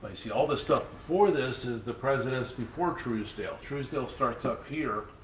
see all the stuff before this is the presidents before truesdale. truesdale starts up here.